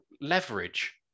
leverage